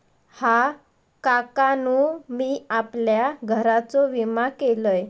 हा, काकानु मी आपल्या घराचो विमा केलंय